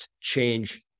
change